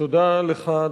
תודה לך.